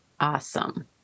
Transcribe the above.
Awesome